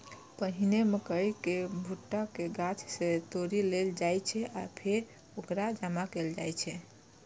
पहिने मकइ केर भुट्टा कें गाछ सं तोड़ि लेल जाइ छै आ फेर ओकरा जमा कैल जाइ छै